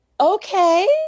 okay